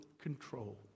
control